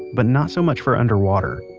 but not so much for underwater.